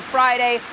Friday